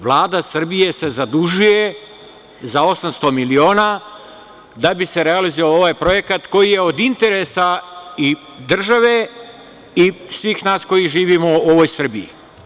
Vlada Srbije se zadužuje za 800 miliona da bi se realizovao ovaj projekat koji je od interesa i države i svih nas koji živimo u ovoj Srbiji.